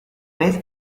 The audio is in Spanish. vez